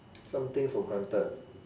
something for granted